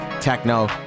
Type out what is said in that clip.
techno